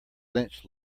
lynch